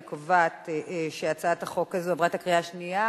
אני קובעת שהצעת החוק הזאת עברה בקריאה שנייה.